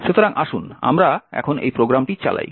সুতরাং আসুন আমরা এখন এই প্রোগ্রামটি চালাই